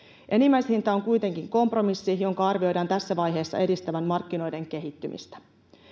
enimmäishinta on kuitenkin kompromissi jonka arvioidaan tässä vaiheessa edistävän markkinoiden kehittymistä